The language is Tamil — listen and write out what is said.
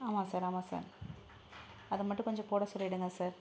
ஆமாம் சார் ஆமாம் சார் அதை மட்டும் கொஞ்சம் போட சொல்லிடுங்க சார்